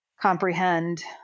comprehend